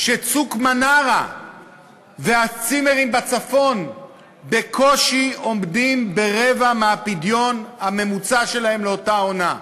שצוק-מנרה והצימרים בצפון בקושי עומדים ברבע מהפדיון הממוצע שלהם לעונה,